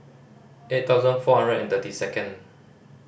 eight thousand four hundred and thirty second